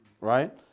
right